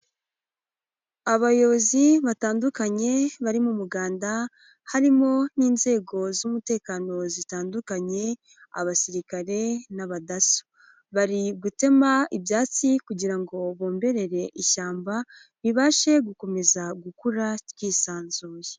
Abayobozi batandukanye bari mu muganda harimo n'inzego z'umutekano zitandukanye abasirikare n'abadaso, bari gutema ibyatsi kugira ngo bomberere ishyamba ribashe gukomeza gukura ryisanzuye.